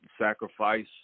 sacrifice